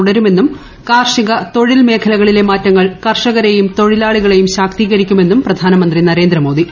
തുടരുമെന്നും കാർഷിക തൊഴിൽ മേഖലകളിലെ മാറ്റങ്ങൾ കർഷകരെയും തൊഴിലാളികളെയും ശാക്തീകരിക്കുമെന്നും പ്രധാനമന്ത്രി നരേന്ദ്രമോദി